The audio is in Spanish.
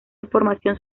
información